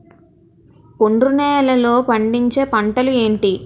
ఒండ్రు నేలలో పండించే పంటలు ఏంటి?